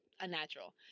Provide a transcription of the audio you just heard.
unnatural